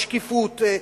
השקיפות,